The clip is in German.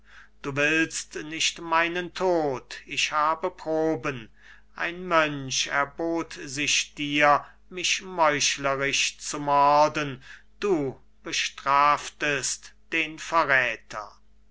du willst nicht meinen tod ich habe proben ein mönch erbot sich dir mich meuchlerisch zu morden du bestraftest den verräther